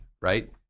right